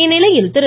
இந்நிலையில் திரு